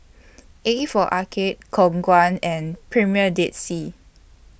A For Arcade Khong Guan and Premier Dead Sea